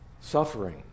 suffering